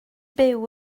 byw